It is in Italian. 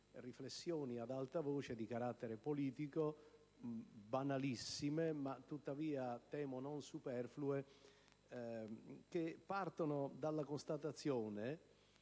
riflessioni, ad alta voce, di carattere politico - banalissime, ma temo non superflue - che partono dalla constatazione